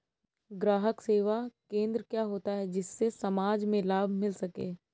ग्राहक सेवा केंद्र क्या होता है जिससे समाज में लाभ मिल सके?